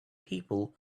people